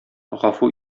гафу